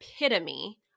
epitome